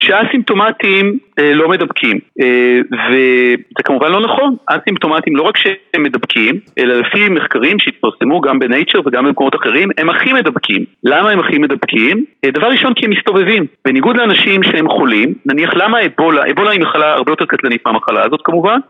שהאסימפטומטיים לא מדבקים וזה כמובן לא נכון האסימפטומטיים לא רק שהם מדבקים אלא לפי מחקרים שהתפרסמו גם בנייצ'ר וגם במקומות אחרים הם הכי מדבקים למה הם הכי מדבקים? דבר ראשון כי הם מסתובבים בניגוד לאנשים שהם חולים נניח למה אבולה, אבולה היא מחלה הרבה יותר קטנית מהמחלה הזאת כמובן